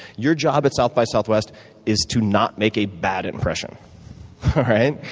your job at south by southwest is to not make a bad impression. all right?